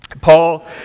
Paul